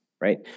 right